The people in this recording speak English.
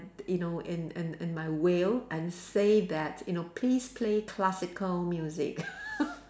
you know in in in my will and say that you know please play classical music